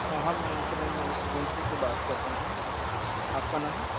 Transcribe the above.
ہاں ہاں میں انشورنس ایجنسی سے بات کر رہا ہوں آپ کا نام